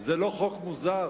זה לא חוק מוזר?